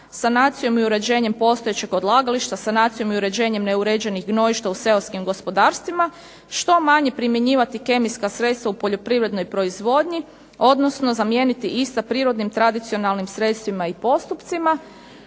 sanacijom i uređenjem postojećeg odlagališta, sanacijom i uređenjem neuređenih gnojišta u seoskim gospodarstvima, što manje primjenjivati kemijska sredstva u poljoprivrednoj proizvodnji, odnosno zamijeniti ista prirodnim tradicionalnim sredstvima i postupcima,